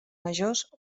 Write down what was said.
majors